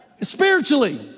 spiritually